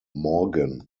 morgan